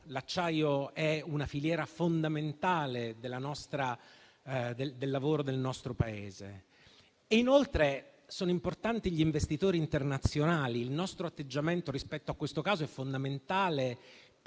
l'acciaio è una filiera fondamentale del nostro Paese. Inoltre, sono importanti gli investitori internazionali. E il nostro atteggiamento rispetto a questo caso è fondamentale,